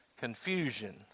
confusion